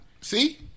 See